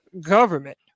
government